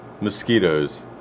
mosquitoes